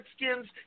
Redskins